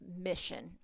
mission